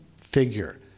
figure